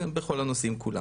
בכל הנושאים כולם.